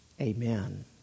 Amen